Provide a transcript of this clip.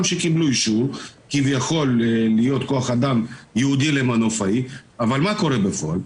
שקיבלו אישור כביכול להיות כוח אדם ייעודי למנופאי אבל מה קורה בפועל?